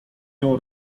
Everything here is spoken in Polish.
nią